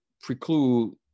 preclude